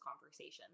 conversations